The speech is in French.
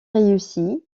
réussi